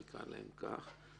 נקרא להם כך,